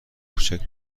کوچک